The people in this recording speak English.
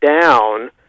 down